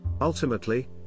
Ultimately